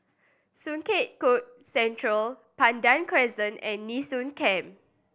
Sungei Kadut Central Pandan Crescent and Nee Soon Camp